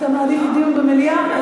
אתה מעדיף דיון במליאה?